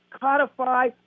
Codify